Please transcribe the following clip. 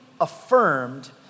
affirmed